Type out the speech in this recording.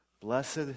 blessed